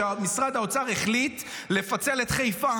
שמשרד האוצר החליט לפצל את חיפה.